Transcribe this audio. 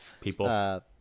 People